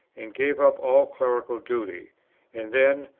and gave up all clerical duty and then,